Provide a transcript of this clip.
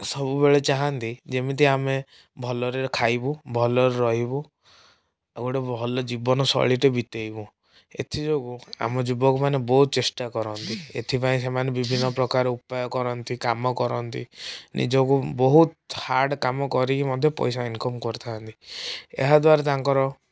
ସବୁବେଳେ ଚାହାଁନ୍ତି ଯେମିତି ଆମେ ଭଲରେ ଖାଇବୁ ଭଲରେ ରହିବୁ ଆଉ ଗୋଟେ ଭଲ ଜୀବନ ଶୈଳୀଟେ ବିତାଇବୁ ଏଥିଯୋଗୁଁ ଆମ ଯୁବକମାନେ ବହୁତ ଚେଷ୍ଟା କରନ୍ତି ଏଥିପାଇଁ ସେମାନେ ବିଭିନ୍ନ ପ୍ରକାର ଉପାୟ କରନ୍ତି କାମ କରନ୍ତି ନିଜକୁ ବହୁତ ହାର୍ଡ଼ କାମ କରିକି ମଧ୍ୟ ପଇସା ଇନକମ କରିଥାନ୍ତି ଏହାଦ୍ବାରା ତାଙ୍କର